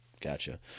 Gotcha